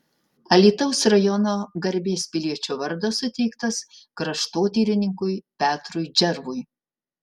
alytaus rajono garbės piliečio vardas suteiktas kraštotyrininkui petrui džervui